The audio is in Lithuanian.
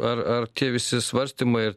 ar ar tie visi svarstymai ir